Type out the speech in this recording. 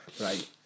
Right